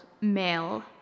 male